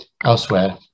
elsewhere